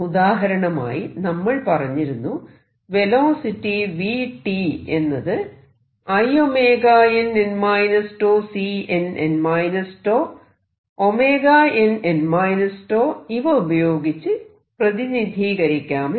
ഉദാഹരണമായി നമ്മൾ പറഞ്ഞിരുന്നു വെലോസിറ്റി v എന്നത് inn τCnn τ nn τഇവ ഉപയോഗിച്ച് പ്രതിനിധീകരിക്കാമെന്ന്